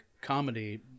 comedy